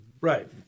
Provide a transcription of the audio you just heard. right